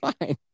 fine